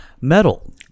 metal